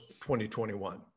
2021